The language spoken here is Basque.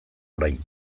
orain